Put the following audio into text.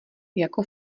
jako